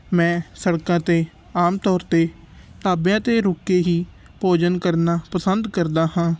ਮੈਂ ਸੜਕਾਂ 'ਤੇ ਆਮ ਤੌਰ 'ਤੇ ਢਾਬਿਆਂ 'ਤੇ ਰੁਕ ਕੇ ਹੀ ਭੋਜਨ ਕਰਨਾ ਪਸੰਦ ਕਰਦਾ ਹਾਂ